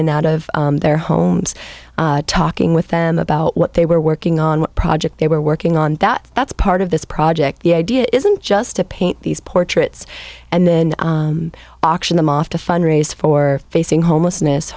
and out of their homes talking with them about what they were working on what project they were working on that that's part of this project the idea isn't just to paint these portraits and then auction them off to fundraise for facing homelessness